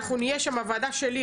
אנחנו נהיה שם הוועדה שלי,